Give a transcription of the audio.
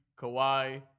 Kawhi